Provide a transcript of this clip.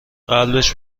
قبلش